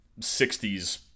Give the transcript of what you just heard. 60s